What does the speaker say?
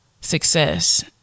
success